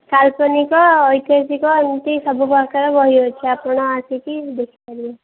କାଳ୍ପନିକ ଐତିହାସିକ ଏମତି ସବୁ ପ୍ରକାର ବହି ଅଛି ଆପଣ ଆସିକି ଦେଖି ପାରିବେ